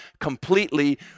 completely